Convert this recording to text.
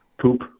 poop